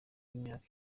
y’imyaka